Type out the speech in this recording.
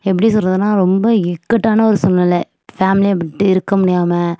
எப்படி சொல்லுறதுன்னா ரொம்ப இக்கட்டான ஒரு சூல்நிலை ஃபேமிலியை விட்டு இருக்க முடியாமல்